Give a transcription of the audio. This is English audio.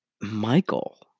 Michael